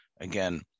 again